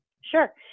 sure